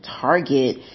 target